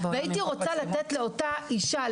הייתי רוצה לתת לאותה אישה,